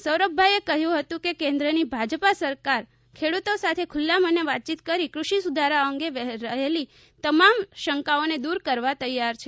સૌરભભાઈએ કહ્યું હતું કે કેન્દ્રની ભાજપા સરકાર ખેડૂતો સાથે ખુલ્લા મને વાતયીત કરી દૃષિ સુધારાઓ અંગે રહેલી તમામ શંકાઓને દૂર કરવા તૈયાર છે